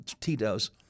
Tito's